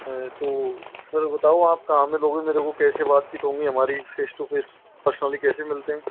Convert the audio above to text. हैं तो सर बताओ आप कहाँ मिलोगे मेरे को कैसे बातचीत होंगी हमारी फेस टू फेस पर्सनली कैसे मिलते हैं